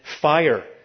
fire